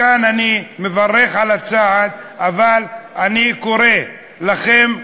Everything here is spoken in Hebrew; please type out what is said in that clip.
מכאן אני מברך על הצעד, אבל אני קורא לכם,